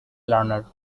learner